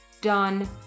done